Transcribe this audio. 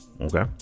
Okay